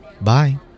Bye